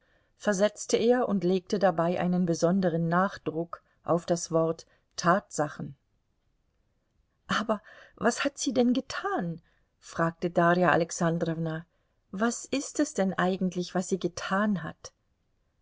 versetzte er und legte dabei einen besonderen nachdruck auf das wort tatsachen aber was hat sie denn getan fragte darja alexandrowna was ist es denn eigentlich was sie getan hat